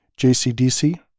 JCDC